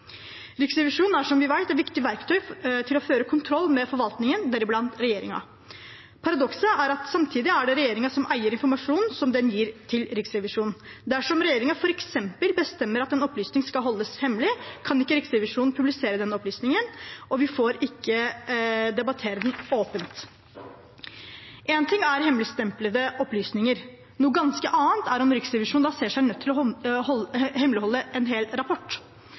Riksrevisjonen er, som vi vet, et viktig verktøy for å føre kontroll med forvaltningen, deriblant regjeringen. Paradokset er at det samtidig er regjeringen som eier informasjonen som den gir til Riksrevisjonen. Dersom regjeringen f.eks. bestemmer at en opplysning skal holdes hemmelig, kan ikke Riksrevisjonen publisere den opplysningen, og vi får ikke debattere den åpent. Én ting er hemmeligstemplede opplysninger, noe ganske annet er om Riksrevisjonen da ser seg nødt til å hemmeligholde en hel rapport.